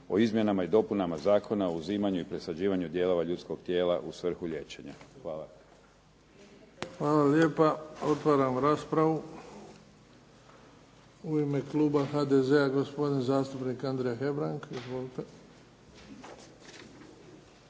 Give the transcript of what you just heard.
o izmjenama i dopunama Zakona o uzimanju i presađivanju dijelova ljudskog tijela u svrhu liječenja. Hvala. **Bebić, Luka (HDZ)** Hvala lijepa. Otvaram raspravu. U ime kluba HDZ-a gospodin zastupnik Andrija Hebrang. Izvolite.